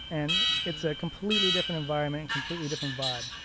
and it's a completely different environment, completely different vibe.